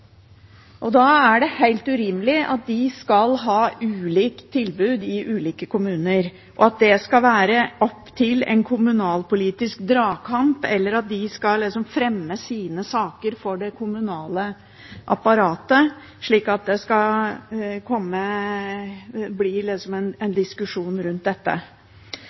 det. Da er det helt urimelig at de skal ha ulikt tilbud i ulike kommuner, og at det skal være opp til en kommunalpolitisk dragkamp, eller at de liksom skal fremme sine saker for det kommunale apparatet, slik at det skal bli en diskusjon rundt dette.